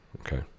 okay